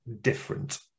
different